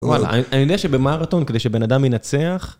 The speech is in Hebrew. וואלה, אני יודע שבמרתון כדי שבן אדם ינצח...